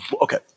okay